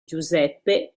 giuseppe